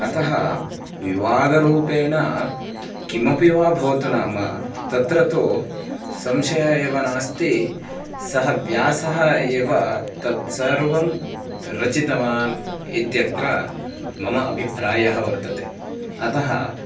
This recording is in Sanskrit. अतः विवादरूपेण किमपि वा भवतु नाम तत्र तु संशयः एव नास्ति सः व्यासः एव तत् सर्वं रचितवान् इत्यत्र मम अभिप्रायः वर्तते अतः